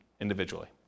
individually